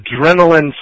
adrenaline